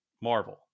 Marvel